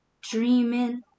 dreaming